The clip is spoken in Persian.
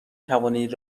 توانید